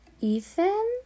Ethan